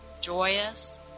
joyous